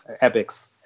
Epics